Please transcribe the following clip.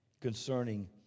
concerning